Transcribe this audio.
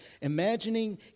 imagining